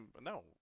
No